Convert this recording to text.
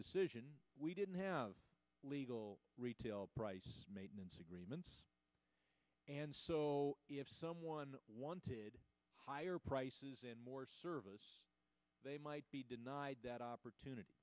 decision we didn't have legal retail price maintenance agreements and so if someone wanted higher prices and more service they might be denied that opportunity